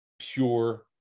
pure